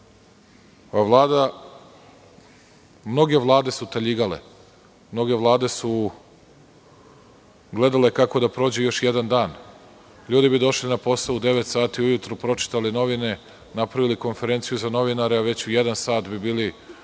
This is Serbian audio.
taljiga. Mnoge vlade su taljigale, mnoge vlade su gledale kako da prođu još jedan dan. Ljudi bi došli na posaou 09.00 časova, pročitali novine, napravili konferenciju za novinare, a već u 13.00 časova bi bili